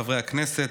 חברי הכנסת,